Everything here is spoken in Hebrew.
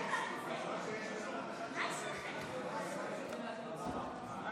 הסתייגות 2 לא נתקבלה.